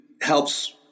helps